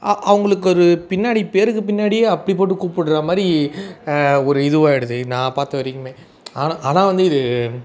அவங்களுக்கு அது பின்னாடி பேருக்கு பின்னாடியே அப்படி போட்டு கூப்பிட்ற மாதிரி ஒரு இதுவாகிடுது நான் பார்த்த வரைக்கும் ஆனால் ஆனால் வந்து இது